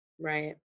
right